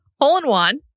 hole-in-one